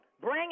Bring